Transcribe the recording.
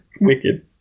Wicked